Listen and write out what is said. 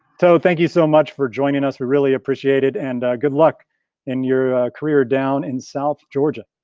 tho, thank you so much for joining us, we really appreciate it and good luck in your career down in south georgia.